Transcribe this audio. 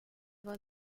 was